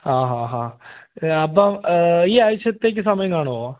ആ ആ ആ അപ്പം ഈ ആഴ്ചത്തേയ്ക്ക് സമയം കാണുമോ